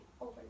over